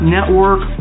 Network